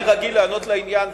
אני רגיל לענות לעניין,